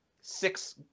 six